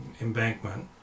embankment